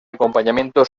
acompañamiento